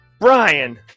Brian